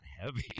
heavy